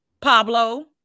Pablo